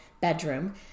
bedroom